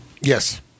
Yes